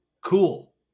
cool